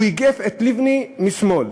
הוא איגף את לבני משמאל.